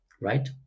right